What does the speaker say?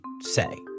say